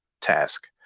task